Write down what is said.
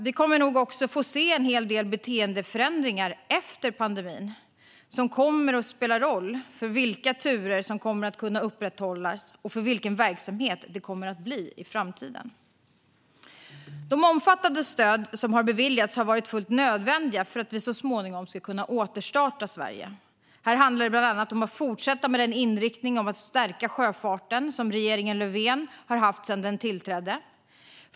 Vi kommer nog också att få se en hel del beteendeförändringar efter pandemin, vilket kommer att spela roll för vilka turer som kommer att kunna upprätthållas och för hur verksamheten kommer att se ut i framtiden. De omfattande stöd som har beviljats har varit fullt nödvändiga för att vi så småningom ska kunna återstarta Sverige. Här handlar det bland annat om att fortsätta med den inriktning för att stärka sjöfarten som regeringen Löfven har haft sedan den tillträdde.